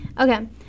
Okay